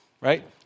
Right